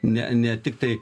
ne ne tiktai